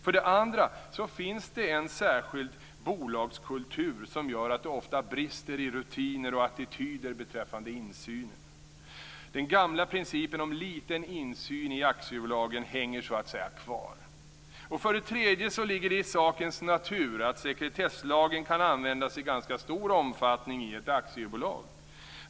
För det andra finns det en särskild bolagskultur som gör att det ofta brister i rutiner och attityder beträffande insynen. Den gamla principen om liten insyn i aktiebolagen hänger så att säga kvar. För det tredje ligger det i sakens natur att sekretesslagen kan användas i ganska stor omfattning i ett aktiebolag.